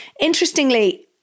interestingly